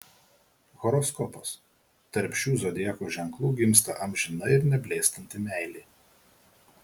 horoskopas tarp šių zodiako ženklų gimsta amžina ir neblėstanti meilė